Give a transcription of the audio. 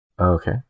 Okay